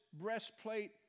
breastplate